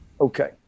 Okay